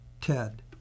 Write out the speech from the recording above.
Ted